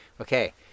Okay